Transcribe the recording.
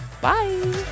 Bye